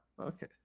okay